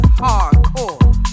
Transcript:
hardcore